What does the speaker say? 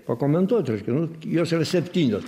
pakomentuot reiškia nu jos yra septynios